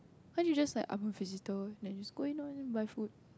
can't you just like I'm a visitor then just go in lor then you buy food